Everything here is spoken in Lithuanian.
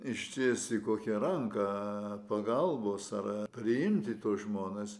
ištiesti kokią ranką pagalbos ar priimti tuos žmones